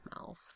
mouths